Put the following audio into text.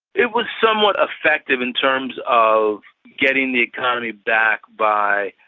it was somewhat effective in terms of getting the economy back by.